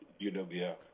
UWF